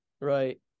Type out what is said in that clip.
Right